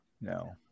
No